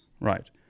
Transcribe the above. Right